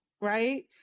right